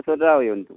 राव योवन तूं